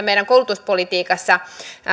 meidän koulutuspolitiikassamme